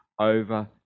over